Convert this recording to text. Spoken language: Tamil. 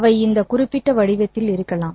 அவை இந்த குறிப்பிட்ட வடிவத்தில் இருக்கலாம்